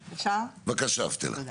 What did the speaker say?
בבקשה, סטלה.